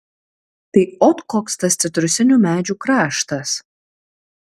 tai ot koks tas citrusinių medžių kraštas